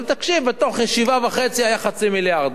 אבל תקשיב, בתוך ישיבה וחצי היה חצי מיליארד.